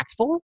impactful